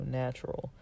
natural